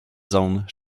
zones